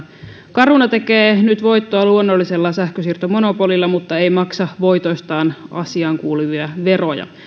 caruna tekee nyt voittoa luonnollisella sähkönsiirtomonopolilla mutta ei maksa voitoistaan asiaankuuluvia veroja